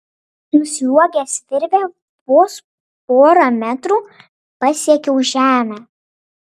nusliuogęs virve vos porą metrų pasiekiau žemę